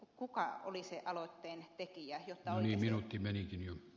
kuka oli se aloitteen tekijä jotta